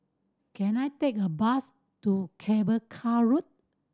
can I take a bus to Cable Car Road